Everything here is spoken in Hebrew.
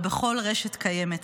או בכל רשת קיימת.